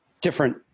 different